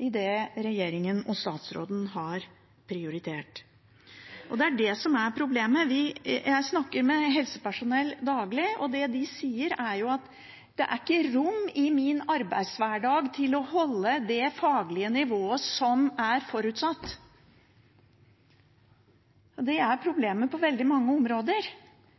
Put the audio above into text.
i det regjeringen og statsråden har prioritert. Og det er det som er problemet. Jeg snakker med helsepersonell daglig, og det de sier, er at det ikke er rom i deres arbeidshverdag for å holde det faglige nivået som er forutsatt. Det er problemet på veldig mange områder: Det lages fine planer. Alle er